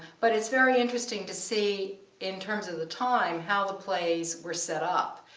but it's very interesting to see in terms of the time how the plays were set up.